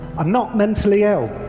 i'm not mentally ill.